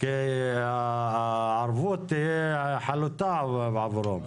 הערבות תהיה חלוטה עבורו.